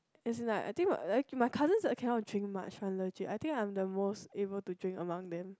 as in like I think my cousins like cannot drink much one actually I think I'm the most able to drink among them